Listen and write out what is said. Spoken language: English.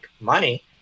money